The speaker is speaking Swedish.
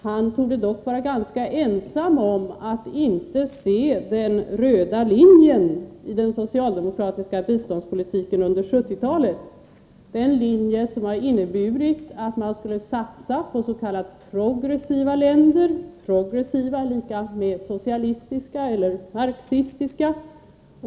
Han torde dock vara ganska ensam om att inte se den röda linjen i den socialdemokratiska biståndspolitiken under 1970-talet, den linje som inneburit att man skulle satsa på s.k. progressiva länder — progressiva lika med socialistiska eller marxistiska.